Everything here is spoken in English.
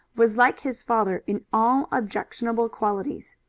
was like his father in all objectionable qualities.